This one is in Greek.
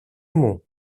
μου